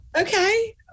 Okay